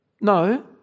No